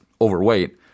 overweight